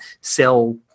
sell